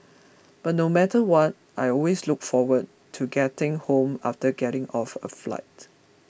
but no matter what I always look forward to getting home after getting off a flight